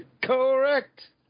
Correct